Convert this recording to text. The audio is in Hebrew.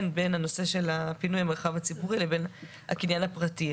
בין פינוי המרחב הציבורי לבין הקניין הפרטי.